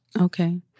Okay